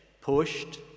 pushed